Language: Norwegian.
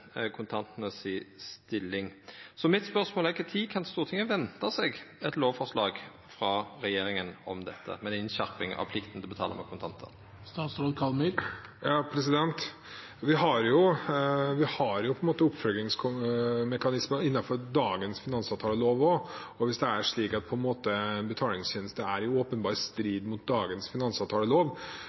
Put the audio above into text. kontantane si stilling. Mitt spørsmål er: Når kan Stortinget venta seg eit lovforslag frå regjeringa om dette, med ei innskjerping av plikta til å betala med kontantar? Vi har oppfølgingsmekanismer innenfor dagens finansavtalelov også, og hvis betalingstjenesten er i åpenbar strid med dagens finansavtalelov, er det muligheter for å ta det